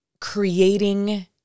creating